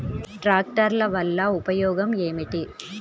ట్రాక్టర్ల వల్ల ఉపయోగం ఏమిటీ?